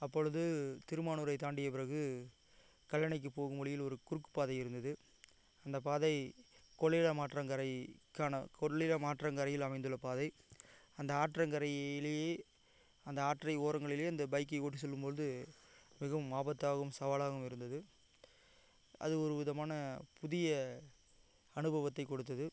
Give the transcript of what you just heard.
அப்பொழுது திருமானூரை தாண்டிய பிறகு கல்லணைக்கு போகும் வழியில் ஒரு குறுக்குப் பாதை இருந்தது அந்த பாதை கொள்ளிடம் ஆற்றங்கரைக்கான கொள்ளிடம் ஆற்றங்கரையில் அமைந்துள்ள பாதை அந்த ஆற்றங்கரையிலேயே அந்த ஆற்றை ஓரங்களிலே அந்த பைக்கை ஓட்டி செல்லும்போது மிகவும் ஆபத்தாகவும் சவாலாகவும் இருந்தது அது ஒரு விதமான புதிய அனுபவத்தை கொடுத்தது